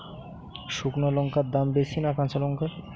শুক্নো লঙ্কার দাম বেশি না কাঁচা লঙ্কার?